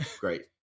great